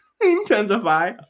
Intensify